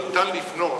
ניתן לפנות.